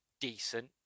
decent